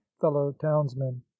fellow-townsmen